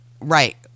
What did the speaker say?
Right